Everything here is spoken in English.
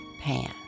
Pan